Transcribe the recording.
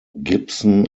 gibson